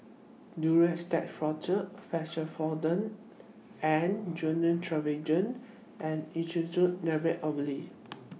Duro Tuss Forte Fexofenadine and Gyno Travogen and Isoconazole Nitrate Ovule